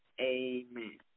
amen